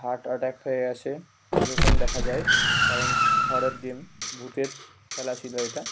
heart attack হয়ে গিয়েছে এরকম দেখা যায় কারণ হরর গেম ভূতের খেলা ছিল এটা